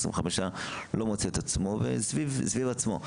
עשרים-וחמש שנה לא מוצא את עצמו וסביב עצמו.